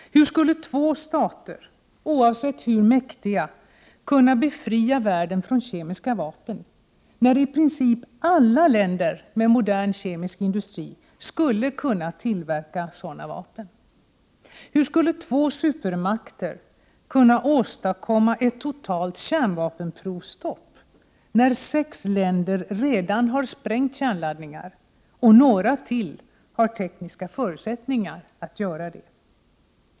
Hur skulle två stater — oavsett hur mäktiga de är — kunna befria världen från kemiska vapen när i princip alla länder med modern kemisk industri skulle kunna tillverka sådana vapen? Hur skulle två supermakter kunna åstadkomma ett totalt kärnvapenprovstopp när sex länder redan har sprängt kärnladdningar och ytterligare några har tekniska förutsättningar att göra det?